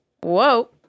whoa